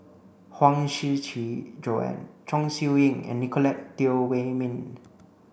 Huang Shiqi Joan Chong Siew Ying and Nicolette Teo Wei min